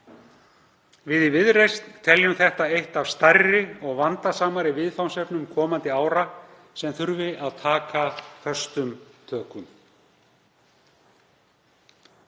Við í Viðreisn teljum þetta eitt af stærri og vandasamari viðfangsefnum komandi ára sem þurfi að taka föstum tökum.